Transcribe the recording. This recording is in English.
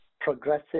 progressive